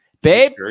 babe